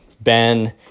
Ben